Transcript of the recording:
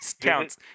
counts